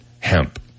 Hemp